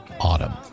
autumn